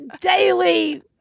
daily